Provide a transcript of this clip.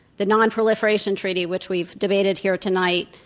the non-proliferation treaty, which we've debated here tonight,